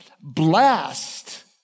Blessed